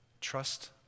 Trust